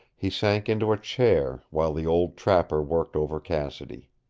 he sank into a chair, while the old trapper worked over cassidy.